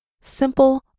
Simple